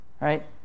right